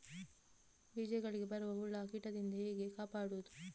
ಬೀಜಗಳಿಗೆ ಬರುವ ಹುಳ, ಕೀಟದಿಂದ ಹೇಗೆ ಕಾಪಾಡುವುದು?